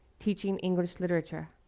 teaching english literature.